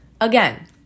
Again